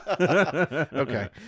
Okay